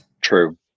True